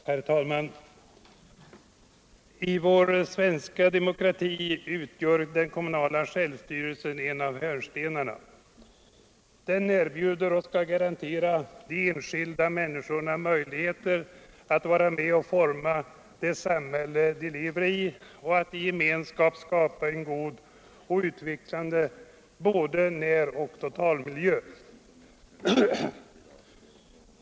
Herr talman! I den svenska demokratin utgör den kommunala självstyrelsen en av hörnstenarna. Den erbjuder och skall garantera de enskilda människorna möjligheter att vara med och forma det samhälle som de lever i och att i gemenskap skapa en god och utvecklande både näroch totalmiljö.